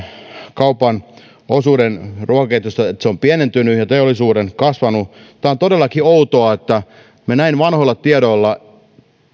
kaupan osuus ruokaketjusta on pienentynyt ja teollisuuden kasvanut tämä on todellakin outoa että me näin vanhoilla tiedoilla